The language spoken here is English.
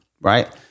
Right